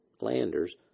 landers